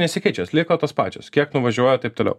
nesikeičia jos lieka tos pačios kiek nuvažiuoja taip toliau